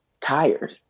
tired